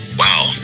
wow